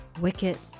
Wicket